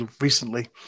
recently